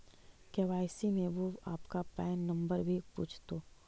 KYC में वो आपका पैन नंबर भी पूछतो